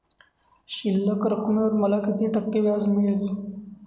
शिल्लक रकमेवर मला किती टक्के व्याज मिळेल?